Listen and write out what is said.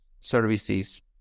services